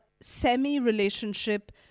semi-relationship